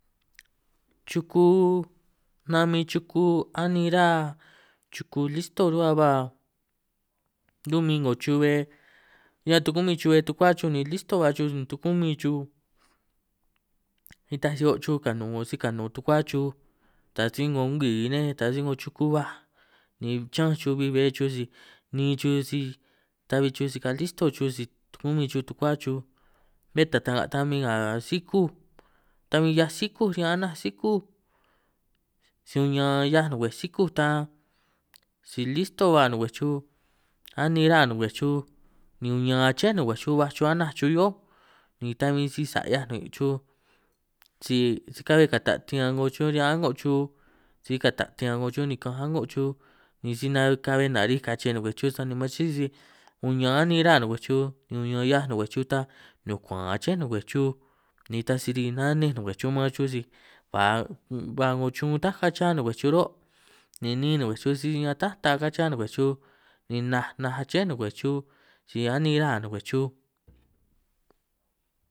Chuko nan min chuku anin ra chuku listo ruhua ba run' min 'ngo chubbe ñan tukumin chubbe tukua chuj, ni listo ba chuj ni tukumin chuj nitaj si o' chuj kanun 'ngo si kanun tukua chuj, taj si 'ngo ngwi nej taj si 'ngo chuku baj ni chi'ñanj chuj bin bbe chuj si niin chuj si ta'bbi chuj si ka kisto chuj, si tukumin chuj tukua chuj bé ta ta'nga' ta bin nga sikúj ta bin si 'hiaj sikúj riñan anaj sikúj si uñan 'hiaj nungwej sikúj, ta si listo ba nungwej chuj anin ra nungwej chuj ni uñan aché ngwej chuj baj chuj anaj chuj hio'ój ni ta bin si sa' 'hiaj nin' chuj si si ka'bbe kata' riñan 'ngo chuj riñan a'ngo chuj, si kata' riñan 'ngo chuj ni ka'anj a'ngoj chuj ni si na ka'bbe nari'ij kache nungwej chuj, sani maam chi'i si kuñan anin ra nungwej chuj ni uñan 'hiaj nungwej chuj ta nukuan'an aché nungwej chuj, ni taj si ri nanej ngwej chuj maam chuj si ba ba 'ngo chun ta kán chiá nungwej chuj, ro' ni ni'in nungwej chuj si ñan ta ta kan chiá nungwej chuj ni naj naj aché nungwej si anin ra nungwej chuj.